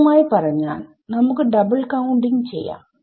ലളിതമായി പറഞ്ഞാൽ നമുക്ക് ഡബിൾ കൌണ്ടിങ് ചെയ്യാം